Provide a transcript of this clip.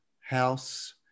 house